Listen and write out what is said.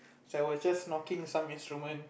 so I was just knocking some instrument